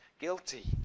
guilty